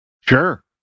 Sure